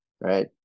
right